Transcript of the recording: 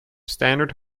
standard